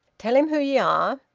tell him who ye are.